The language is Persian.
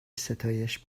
ستایش